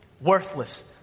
Worthless